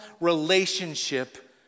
relationship